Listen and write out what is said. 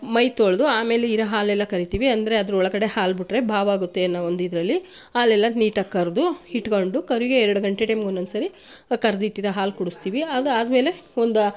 ಮೈ ತೊಳೆದು ಆಮೇಲೆ ಇರೋ ಹಾಲೆಲ್ಲಾ ಕರೀತೀವಿ ಅಂದರೆ ಅದರೊಳಗಡೆ ಹಾಲು ಬಿಟ್ಟರೆ ಬಾವು ಆಗುತ್ತೆ ಅನ್ನೋ ಇದರಲ್ಲಿ ಹಾಲೆಲ್ಲಾ ನೀಟಾಗಿ ಕರೆದು ಇಟ್ಗೊಂಡು ಕರುಗೆ ಎರಡು ಗಂಟೆ ಟೈಮ್ಗೆ ಒಂದೊಂದ್ಸರಿ ಕರೆದಿಟ್ಟಿರೋ ಹಾಲು ಕುಡಿಸ್ತೀವಿ ಅದು ಆದಮೇಲೆ ಒಂದು